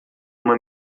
uma